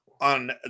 on